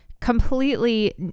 completely